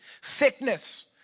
sickness